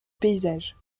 paysage